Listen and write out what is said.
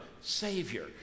savior